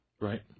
Right